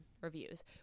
reviews